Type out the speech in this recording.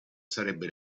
sarebbe